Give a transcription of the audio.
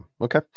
Okay